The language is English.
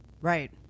Right